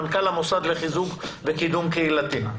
מנכ"ל המשרד לחיזוק וקידום קהילתי.